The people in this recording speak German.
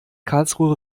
karlsruhe